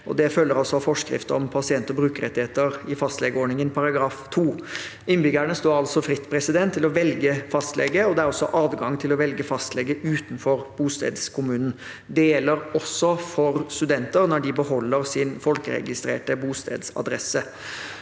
Det følger av forskrift om pasient- og brukerrettigheter i fastlegeordningen § 2. Innbyggerne står fritt til å velge fastlege, og det er også adgang til å velge fastlege utenfor bostedskommunen. Det te gjelder også for studenter når de beholder sin folkeregistrerte bostedsadresse.